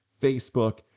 Facebook